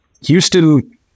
Houston